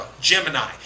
Gemini